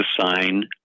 sign